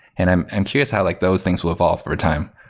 and i'm i'm curious how like those things will evolve overtime.